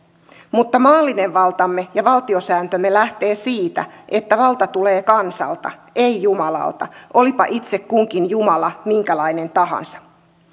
mutta maallinen valtamme ja valtiosääntömme lähtee siitä että valta tulee kansalta ei jumalalta olipa itse kunkin jumala minkälainen tahansa